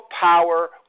power